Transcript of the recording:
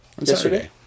yesterday